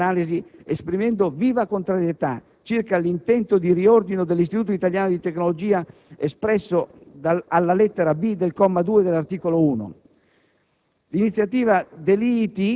Concludo questa mia sommaria analisi esprimendo viva contrarietà circa l'intento di riordino dell'Istituto italiano di tecnologia espresso alla lettera *b)* del comma 2 dell'articolo 1.